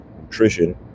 nutrition